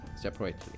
separately